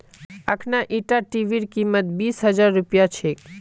अखना ईटा टीवीर कीमत बीस हजार रुपया छेक